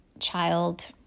child